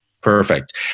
Perfect